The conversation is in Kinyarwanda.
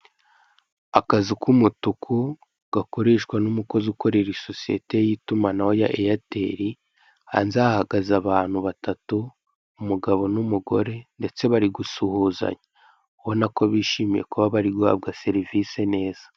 Akazu k'umutuku gakoreshwa n'umukozi ukorera isosiyete y'itumanaho ya Airtel hanze hahagaze abantu batatu umugabo n'umugore ndetse bari gusuhuzanya ubona ko bari guhabwa serivisi neza.